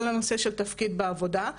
כל הנושא של תפקיד בעבודה,